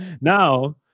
now